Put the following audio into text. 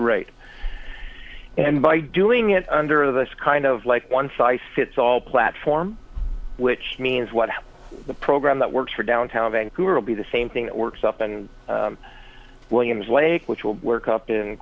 and by doing it under this kind of like one size fits all platform which means what the program that works for downtown vancouver will be the same thing that works often williams lake which will work up